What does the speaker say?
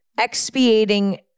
expiating